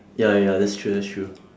ya ya that's true that's true